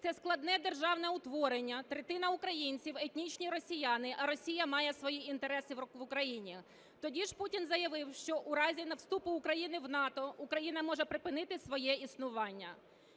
це складне державне утворення, третина українців – етнічні росіяни, а Росія має свої інтереси в Україні. Тоді ж Путін заявив, що у разі вступу України в НАТО Україна може припинити своє існування.